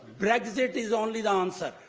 brexit is only the answer.